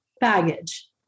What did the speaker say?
baggage